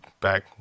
back